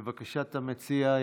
לבקשת המציע,